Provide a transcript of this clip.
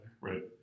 Right